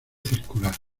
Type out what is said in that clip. circular